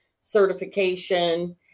certification